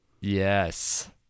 Yes